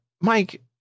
Mike